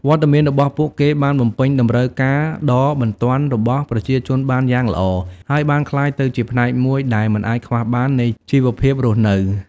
វត្តមានរបស់ពួកគេបានបំពេញតម្រូវការដ៏បន្ទាន់របស់ប្រជាជនបានយ៉ាងល្អ ហើយបានក្លាយទៅជាផ្នែកមួយដែលមិនអាចខ្វះបាននៃជីវភាពរស់នៅ។